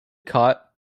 caught